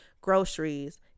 groceries